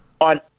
on